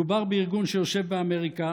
מדובר בארגון שיושב באמריקה,